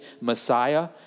Messiah